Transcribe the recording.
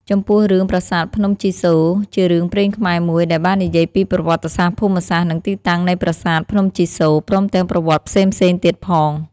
ចំពោះរឿង ប្រាសាទភ្នំជីសូរ ជារឿងព្រេងខ្មែរមួយដែលបាននិយាយពី ប្រវត្តិសាស្រ្ដ ភូមិសាស្រ្ដ និងទីតាំងនៃប្រាសាទភ្នំជីសូរ ព្រមទាំងប្រវត្តិផ្សេងៗទៀតផង។